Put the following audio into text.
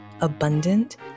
abundant